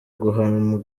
guhamwa